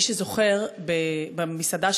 מי שזוכר, במסעדה